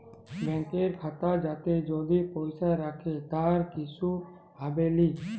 ব্যাংকের খাতা যাতে যদি পয়সা রাখে তার কিসু হবেলি